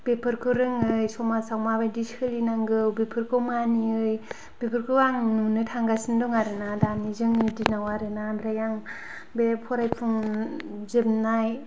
बेफोरखौ रोङै समाजआव माबायदि सोलिनांगौ बेफोरखौ मानियै बेफोरखौ आं नुनो थांगासिनो दं आरो ना दानि जोंनि दिनाव आरो ना आमफ्राय आं बे फरायफुं जोबनाय